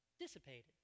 dissipated